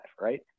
right